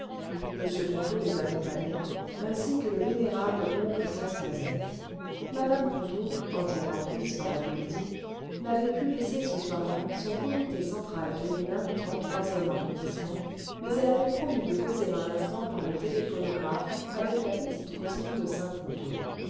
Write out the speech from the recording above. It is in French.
m ponto les accompagnait ainsi que le vénérable oncle casse-noisette mme ponto entièrement prise par la politique n'avait pu laisser ce soir-là son comité central féminin du e arrondissement mais elle avait promis de causer un instant par le téléphonographe avec la petite cousine de saint ponto